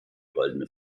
goldene